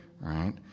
right